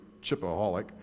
chipaholic